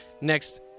next